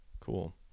Cool